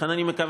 לכן אני מקווה,